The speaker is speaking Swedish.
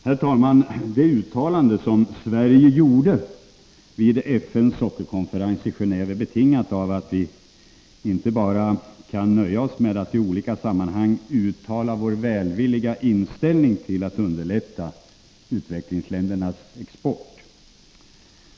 Herr talman! Det uttalande som Sverige gjorde vid FN:s sockerkonferens i Genéve är betingat av att vi inte kan nöja oss med att i olika sammanhang bara uttala vår välvilliga inställning till att underlätta utvecklingsländernas export.